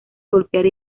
golpear